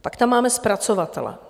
Pak tam máme zpracovatele.